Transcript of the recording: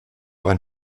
ein